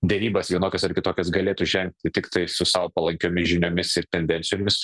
derybas vienokias ar kitokias galėtų žengti tiktai su sau palankiomis žiniomis ir tendencijomis